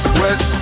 west